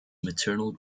maternal